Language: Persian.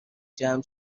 جمع